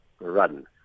run